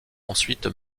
ensuite